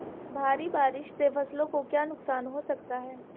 भारी बारिश से फसलों को क्या नुकसान हो सकता है?